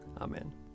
Amen